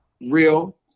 real